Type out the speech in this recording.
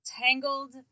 Tangled